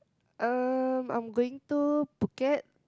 um I'm going to Phuket